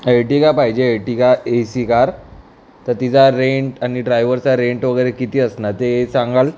Ertiga पाहिजे Ertiga A C car तर तिचा रेंट आणि ड्राईव्हरचा रेंट वगैरे किती असणार ते सांगाल